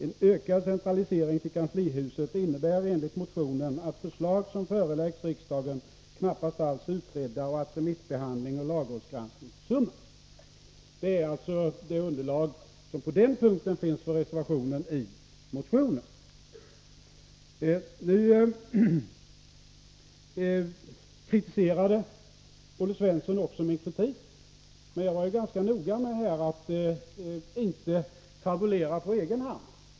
En ökad centralisering till kanslihuset innebär enligt motionen att förslag som föreläggs riksdagen knappast alls är utredda och att remissbehandling och lagrådsgranskning försummas.” Detta är alltså det underlag från motionen som på den punkten finns i reservationen. Nu kritiserade Olle Svensson min kritik. Men jag var ju ganska noga med att inte fabulera.